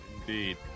Indeed